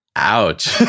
Ouch